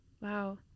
Wow